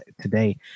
today